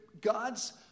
God's